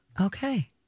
Okay